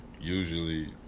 Usually